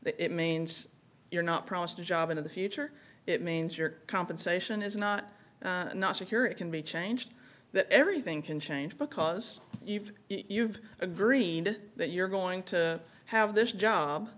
it means you're not promised a job in the future it means your compensation is not not secure it can be changed that everything can change because you've you've agreed that you're going to have this job